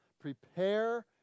prepare